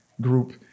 group